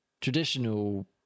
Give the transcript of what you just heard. traditional